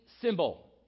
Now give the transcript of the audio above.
symbol